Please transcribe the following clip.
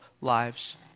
lives